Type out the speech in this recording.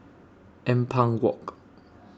Ampang Walk